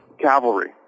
cavalry